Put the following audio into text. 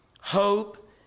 hope